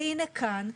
והנה כאן,